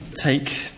take